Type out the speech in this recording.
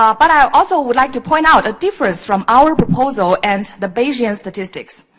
um but, i also would like to point out a difference from our proposal and the bayesian statistics.